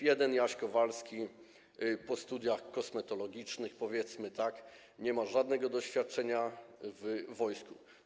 Jeden, Jaś Kowalski, jest po studiach kosmetologicznych, powiedzmy, nie ma żadnego doświadczenia w wojsku.